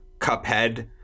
Cuphead